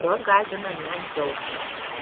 kurios gąsdina net dzeusą